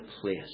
place